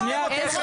זה ממש לא נכון.